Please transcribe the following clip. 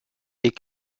est